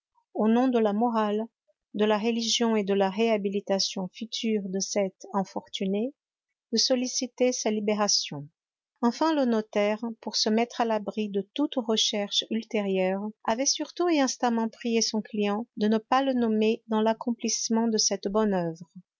au nom de la morale de la religion et de la réhabilitation future de cette infortunée de solliciter sa libération enfin le notaire pour se mettre à l'abri de toute recherche ultérieure avait surtout et instamment prié son client de ne pas le nommer dans l'accomplissement de cette bonne oeuvre